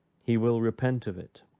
he will repent of it.